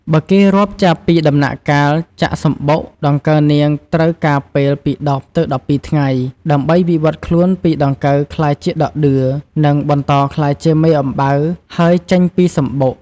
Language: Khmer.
បើគេរាប់ចាប់ពីដំណាក់កាលចាក់សំបុក ដង្កូវនាងត្រូវការពេលពី១០ ទៅ១២ថ្ងៃ ដើម្បីវិវត្តន៍ខ្លួនពីដង្កូវ ក្លាយជាដក់ដឿ នឹងបន្តក្លាយជាមេអំបៅ ហើយចេញពីសំបុក។